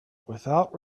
without